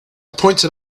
pointed